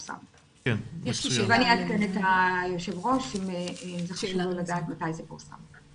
אני אעדכן את היושב ראש אם חשוב לו לדעת מתי זה פורסם.